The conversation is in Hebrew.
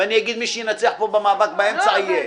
ואני אגיד: מי שינצח פה במאבק באמצע יהיה.